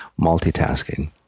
multitasking